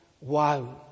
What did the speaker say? wow